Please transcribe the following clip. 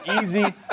easy